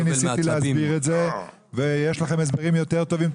אני ניסיתי להסביר את זה ואם יש לכם הסברים יותר טובים,